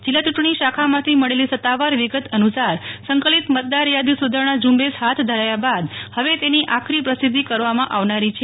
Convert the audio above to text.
જિલ્લા ચૂંટણી શાખામાંથી મળેલી સત્તાવાર વિગત અનુસાર સંકલિત મતદારથાદી સુધારણા ઝુંબેશ ફાથ ધરાયા બાદ ફવે તેની આખરી પ્રસિદ્ધિ કરવામાં આવનારી છે